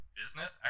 business